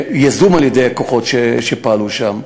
יזום על-ידי הכוחות שפעלו שם.